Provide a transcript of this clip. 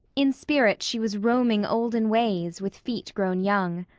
in spirit she was roaming olden ways, with feet grown young.